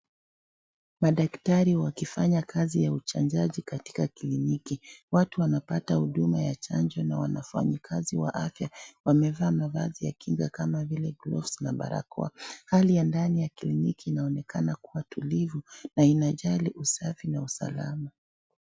Madaktari wakifanya kazi ya uchanjaji katika kliniki . Watu wanapata Huduma ya chanjo na wafanyikazi wa afya wamevaa mavazi ya kinga kama vile glovu na barakoa. Hali ya ndani ya kliniki inaonekana kuwa tulivu na inajali usafi na usalama.